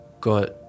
got